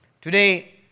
Today